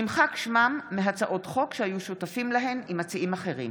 נמחק שמם מהצעות חוק שהיו שותפים להן עם מציעים אחרים.